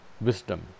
wisdom